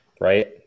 right